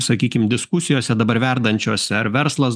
sakykim diskusijose dabar verdančiose ar verslas